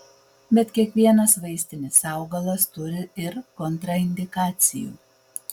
bet kiekvienas vaistinis augalas turi ir kontraindikacijų